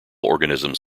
organisms